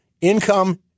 income